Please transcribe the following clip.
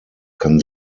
kann